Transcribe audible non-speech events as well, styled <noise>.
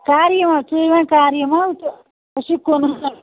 کَر یِمو ژٕے وَن کَر یِمو تہٕ ژےٚ چھُے کٕنُن <unintelligible>